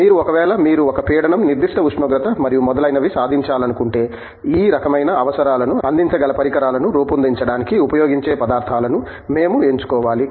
మీరు ఒకవేళ మీరు ఒక పీడనం నిర్దిష్ట ఉష్ణోగ్రత మరియు మొదలైనవి సాధించాలనుకుంటే ఈ రకమైన అవసరాలను అందించగల పరికరాలను రూపొందించడానికి ఉపయోగించే పదార్థాలను మేము ఎంచుకోవాలి